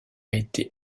été